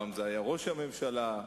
פעם ראש הממשלה,